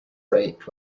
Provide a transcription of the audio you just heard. rate